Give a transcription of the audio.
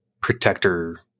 protector